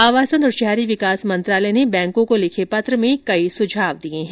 आवासन और शहरी विकास मंत्रालय ने बैंकों को लिखे पत्र में कई सुझाव दिये हैं